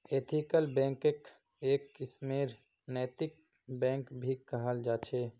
ethical बैंकक् एक किस्मेर नैतिक बैंक भी कहाल जा छे